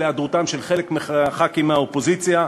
היעדרותם של חלק מחברי הכנסת מהאופוזיציה.